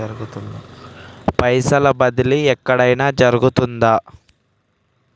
పైసల బదిలీ ఎక్కడయిన జరుగుతదా?